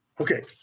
Okay